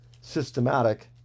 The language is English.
systematic